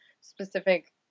specific